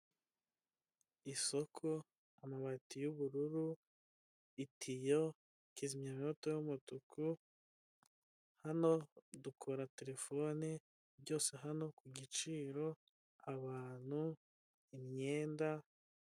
Isoko, amabati y'ubururu, itiyo, kizimyamwoto y'umutuku, hano dukora terefone byose hano ku giciro, abantu, imyenda